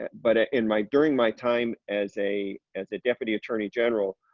but in my during my time as a as a deputy attorney general.